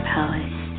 Palace